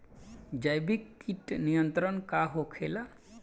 जैविक कीट नियंत्रण का होखेला?